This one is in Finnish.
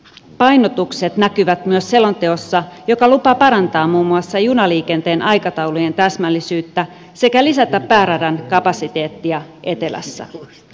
raideliikennepainotukset näkyvät myös selonteossa joka lupaa parantaa muun muassa junaliikenteen aikataulujen täsmällisyyttä sekä lisätä pääradan kapasiteettia etelässä